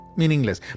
meaningless